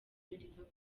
liverpool